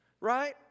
right